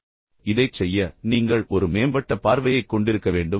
இப்போது இதைச் செய்ய நீங்கள் ஒரு மேம்பட்ட பார்வையைக் கொண்டிருக்க வேண்டும்